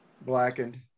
Blackened